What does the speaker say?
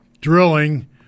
Drilling